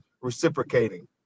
reciprocating